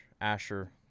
Asher